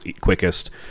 quickest